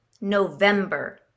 November